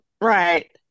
Right